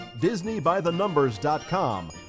DisneyByTheNumbers.com